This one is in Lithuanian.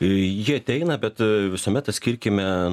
jie ateina bet visuomet atskirkime